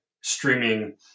streaming